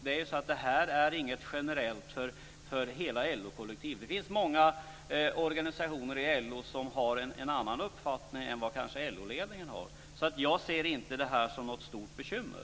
Det här är nämligen inte generellt för hela LO-kollektivet. Det finns många organisationer i LO som har en annan uppfattning än LO-ledningen har. Jag ser därför inte det här som något stort bekymmer.